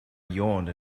yawned